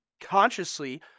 consciously